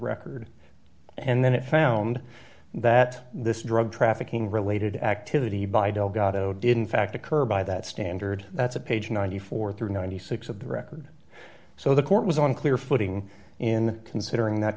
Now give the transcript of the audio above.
record and then it found that this drug trafficking related activity by delgado didn't fact occur by that standard that's a page ninety four dollars through ninety six dollars of the record so the court was on clear footing in considering that